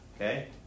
Okay